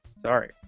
Sorry